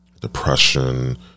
Depression